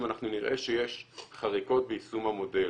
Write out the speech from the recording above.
אם אנחנו נראה שיש חריקות ביישום המודל,